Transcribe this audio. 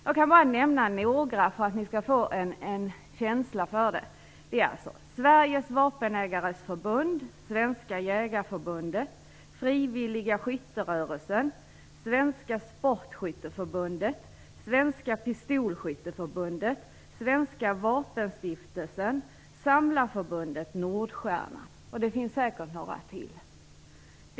Jag kan bara nämna några för att ge en känsla av omfattningen: Sveriges vapenägares förbund, Svenska jägareförbundet, Frivilliga skytterörelsen, Svenska sportskytteförbundet, Svenska pistolskytteförbundet, Svenska vapenstiftelsen, Samlarförbundet Nordstjärnan - det finns säkert några till.